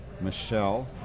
Michelle